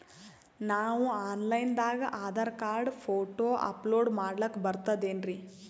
ನಾವು online ದಾಗ Aadhaar card, photo upload ಮಾಡ್ಲಕ ಬರ್ತದೇನ್ರಿ?